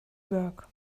work